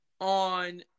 on